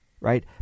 right